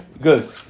good